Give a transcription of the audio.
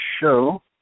show